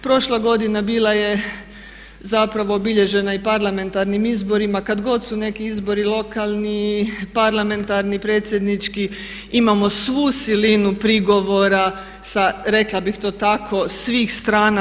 Prošla godina bila je zapravo obilježena i parlamentarnim izborima, kad god su neki izbori lokalni, parlamentarni, predsjednički imamo svu silinu prigovora sa rekla bih to tako svih strana.